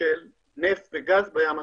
של נפט וגז בים התיכון.